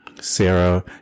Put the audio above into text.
Sarah